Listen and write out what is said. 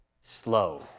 Slow